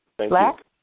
Black